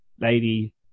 lady